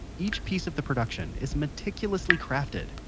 each piece of the production is meticulously crafted.